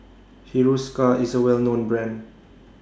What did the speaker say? Hiruscar IS A Well known Brand